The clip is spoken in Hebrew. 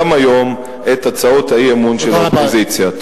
גם היום את הצעות האי-אמון של האופוזיציה.